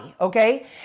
okay